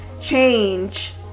change